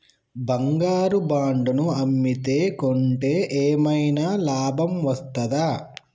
బంగారు బాండు ను అమ్మితే కొంటే ఏమైనా లాభం వస్తదా?